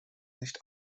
nicht